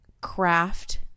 craft